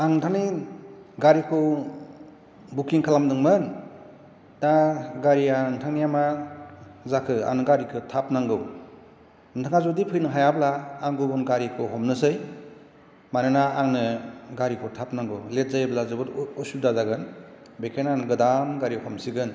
आं नोंथांनि गारिखौ बुकिं खालामदोंमोन दा गारिया नोंथांनिया मा जाखो आंनो गारिखौ थाब नांगौ नोंथाङा जुदि फैनो हायाब्ला आं गुबुन गारिखौ हमनोसै मानोना आंनो गारिखौ थाब नांगौ लेट जायोब्ला जोबोर असुबिदा जागोन बिखायनो आं गोदान गारि हमसिगोन